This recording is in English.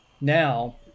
Now